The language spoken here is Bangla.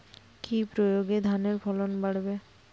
কি প্রয়গে ধানের ফলন বাড়বে?